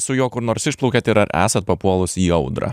su juo kur nors išplaukiat ir ar esat papuolus į audrą